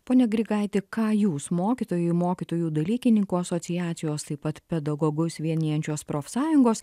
pone grigaiti ką jūs mokytojai mokytojų dalykininkų asociacijos taip pat pedagogus vienijančios profsąjungos